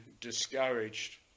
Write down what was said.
discouraged